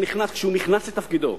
כשהוא נכנס לתפקידו,